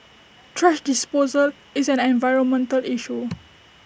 thrash disposal is an environmental issue